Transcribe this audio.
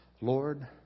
Lord